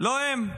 לא הם,